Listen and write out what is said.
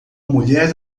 mulher